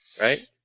Right